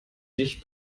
dich